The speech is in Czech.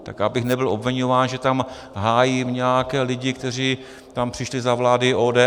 Tak abych nebyl obviňován, že tam hájím nějaké lidi, kteří tam přišli za vlády ODS.